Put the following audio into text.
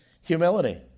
humility